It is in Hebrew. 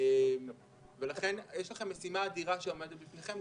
יש לכם משימה אדירה שעומדת בפניכם.